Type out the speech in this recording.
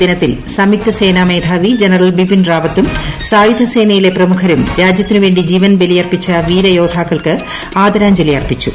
ദേശീയ യുദ്ധ സ്മാരക ദിനത്തിൽസംയുക്തസേനാ ന് മേധാവി ജനറൽ ബിപിൻ റാവത്തുംസായുധ സേനയിലെ പ്രമുഖരുംരാജ്യത്തിന് വേണ്ടി ജീവൻ ബലിയർപ്പിച്ച വീരയോദ്ധാക്കൾക്ക് ആദരാഞ്ജലിഅർപ്പിച്ചു